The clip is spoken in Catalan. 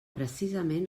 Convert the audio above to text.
precisament